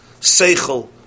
Seichel